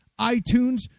iTunes